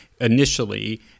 initially